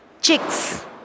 Chicks